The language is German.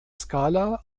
skala